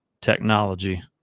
technology